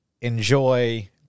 enjoy